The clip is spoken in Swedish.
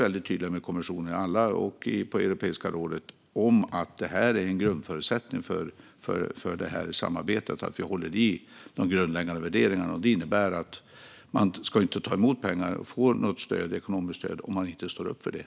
Alla i det Europeiska rådet är tydliga med att en grundförutsättning för samarbetet är att vi håller i de grundläggande värderingarna, och det innebär att man inte ska få ekonomiskt stöd om man inte står upp för dem.